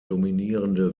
dominierende